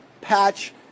patch